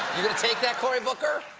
take that cory booker.